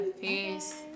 Peace